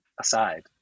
aside